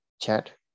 chat